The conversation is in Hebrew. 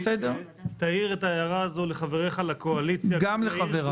תעיר את ההערה הזאת לחבריך לקואליציה -- גם לחבריי.